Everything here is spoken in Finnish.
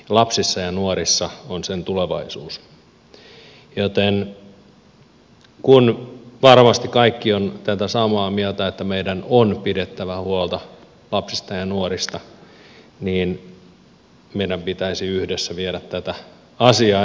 lapsissa ja nuorissa on sen tulevaisuus joten kun varmasti kaikki ovat tätä samaa mieltä että meidän on pidettävä huolta lapsista ja nuorista niin meidän pitäisi yhdessä viedä tätä asiaa eteenpäin